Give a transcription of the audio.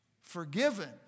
forgiven